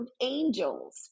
angels